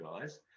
guys